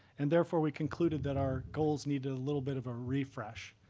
and therefore, we concluded that our goals needed a little bit of a refresh.